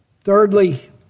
Thirdly